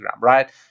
right